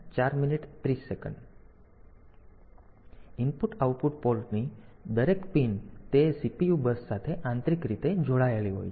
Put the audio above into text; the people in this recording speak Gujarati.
IO પોર્ટની દરેક પિન તે CPU બસ સાથે આંતરિક રીતે જોડાયેલ છે